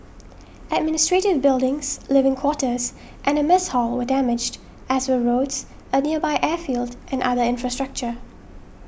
administrative buildings living quarters and a mess hall were damaged as were roads a nearby airfield and other infrastructure